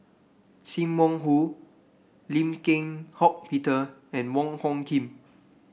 Sim Wong Hoo Lim Eng Hock Peter and Wong Hung Khim